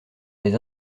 les